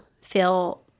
feel